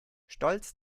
stolz